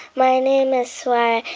my name is sway,